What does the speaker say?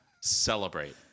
Celebrate